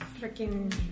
freaking